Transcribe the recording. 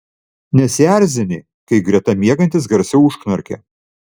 nesierzini kai greta miegantis garsiau užknarkia